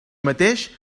mateix